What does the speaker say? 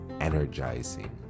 energizing